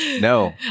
No